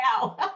now